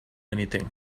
anything